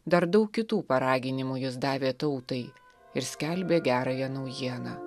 dar daug kitų paraginimų jis davė tautai ir skelbė gerąją naujieną